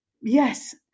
Yes